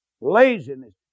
Laziness